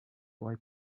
boy